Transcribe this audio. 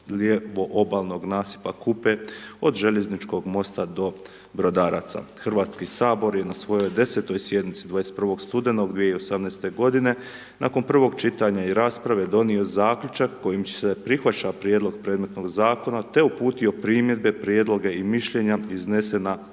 lijevo obalnog nasipa Kupe od željezničkog mosta do Brodaraca. HS je na svojoj 10.-toj sjednici 21. studenoga 2018.-te godine nakon prvog čitanja i rasprave donio Zaključak kojim će se, prihvaća prijedlog predmetnog Zakona, te uputio primjedbe, prijedloge i mišljenja iznesena na